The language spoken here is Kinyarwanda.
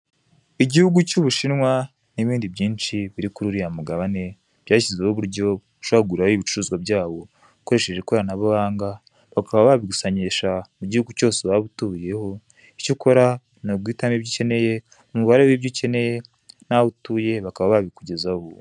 Igihugu cy' Ubushinwa n'ibindi byinshi biri kuri uriya mugabane byashyizeho uburyo ushobora kugurirayo ibicuruzwa byawo ukoresheje ikoranabuhanga bakaba babigusangisha mu gihugu cyose waba utuyeho, icyo ukora n'uguhitamo ibyo ukeneye, umubare w'ibyo ukeneye n'aho utuye bakaba babikugezaho.